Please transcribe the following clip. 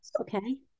okay